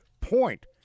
point